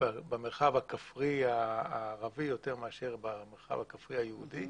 במרחב הכפרי הערבי, יותר מאשר במרחב הכפרי היהודי,